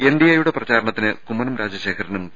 NDA പ്രചാരണത്തിന് കുമ്മനം രാജശേഖരനും P